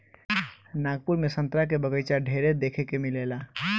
नागपुर में संतरा के बगाइचा ढेरे देखे के मिलेला